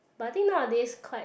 but I think nowadays quite